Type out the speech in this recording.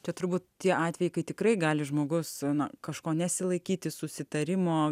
čia turbūt tie atvejai kai tikrai gali žmogus na kažko nesilaikyti susitarimo